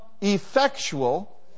effectual